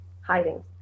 hiding